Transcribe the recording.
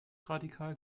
radikal